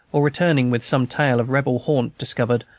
or returning with some tale of rebel haunt discovered,